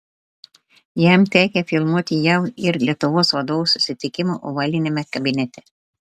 jam tekę filmuoti jav ir lietuvos vadovų susitikimą ovaliniame kabinete